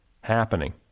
happening